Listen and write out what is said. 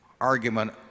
argument